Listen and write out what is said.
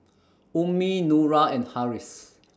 Ummi Nura and Harris